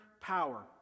power